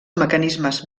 mecanismes